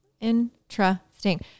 Interesting